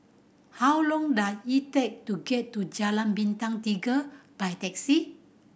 how long does it take to get to Jalan Bintang Tiga by taxi